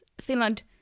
Finland